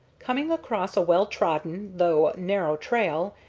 coming across a well-trodden though narrow trail,